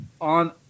on